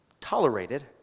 tolerated